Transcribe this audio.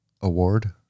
award